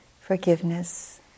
forgiveness